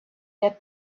that